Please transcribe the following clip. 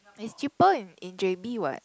it's cheaper in in J_B what